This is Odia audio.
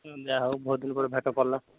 ହଁ ଯାହା ହଉ ବହୁତ ଦିନ ପରେ ଭେଟ କଲା